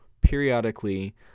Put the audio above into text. periodically